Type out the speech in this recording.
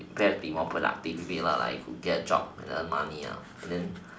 think I could have been more productive lah like it who get a job and earn money ya and then